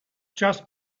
just